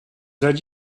that